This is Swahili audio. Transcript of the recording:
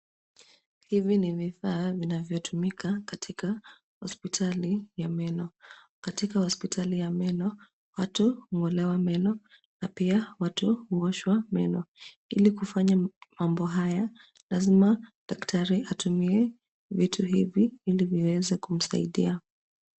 Hivi ni vifaa vinavyotumika katika hospitali ya meno. Katika hospitali ya meno, watu hung'olewa meno na pia watu huoshwa meno. Ili kufanya mambo haya, lazima daktari atumie vitu hivi ili viweze kumsaidia.